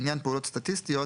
לעניין פעולות סטטיסטיות,